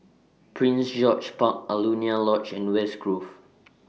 Prince George's Park Alaunia Lodge and West Grove